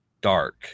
Dark